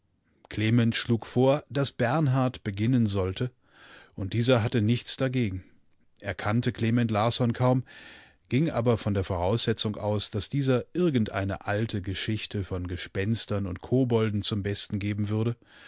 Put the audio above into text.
klement schlug vor daß bernhard beginnen sollte und dieser hatte nichts dagegen erkannteklementlarssonkaum gingabervondervoraussetzung aus daß dieser irgendeine alte geschichte von gespenstern und kobolden zum besten geben würde